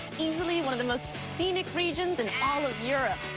easily one of the most scenic regions in all of europe!